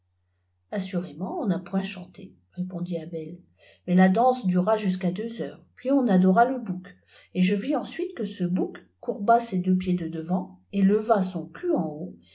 assurément on n'a point chanté répondit abel mais la danse dura jusqu'à deux heures puis on adora le bouc et je vis ensuite que ce bouc courba ses deux pied de devant et leva son cul en haut